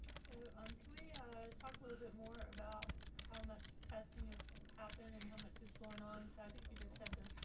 so um, can we talk a little bit more about how much testing is happened and how much is going on? so i think you just said